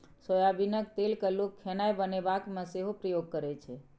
सोयाबीनक तेल केँ लोक खेनाए बनेबाक मे सेहो प्रयोग करै छै